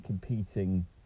competing